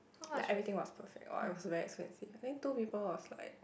like everything was perfect but was very expensive I think two people was like